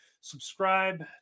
subscribe